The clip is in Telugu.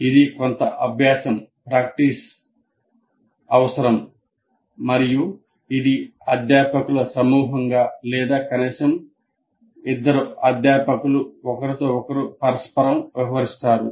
ఇది కొంత అభ్యాసం పడుతుంది మరియు ఇవి అధ్యాపకుల సమూహంగా లేదా కనీసం 2 అధ్యాపకులు ఒకరితో ఒకరు పరస్పరం వ్యవహరిస్తారు